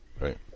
Right